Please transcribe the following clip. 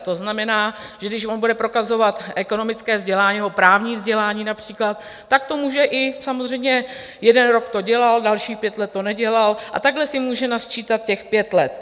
To znamená, že když on bude prokazovat ekonomické vzdělání nebo právní vzdělání například, tak to může i samozřejmě, jeden rok to dělal, dalších pět let to nedělal, a takhle si může nasčítat těch pět let.